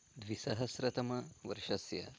द्विसहस्रतमवर्षस्य